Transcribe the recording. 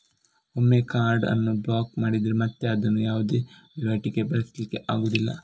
ಒಮ್ಮೆ ಕಾರ್ಡ್ ಅನ್ನು ಬ್ಲಾಕ್ ಮಾಡಿದ್ರೆ ಮತ್ತೆ ಅದನ್ನ ಯಾವುದೇ ವೈವಾಟಿಗೆ ಬಳಸ್ಲಿಕ್ಕೆ ಆಗುದಿಲ್ಲ